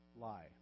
lie